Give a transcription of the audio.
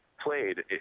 played